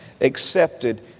accepted